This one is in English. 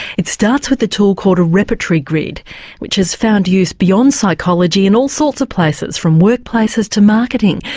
it starts with a tool called a repertory grid which has found use beyond psychology in all sorts of places, from workplaces to marketing.